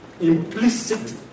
Implicit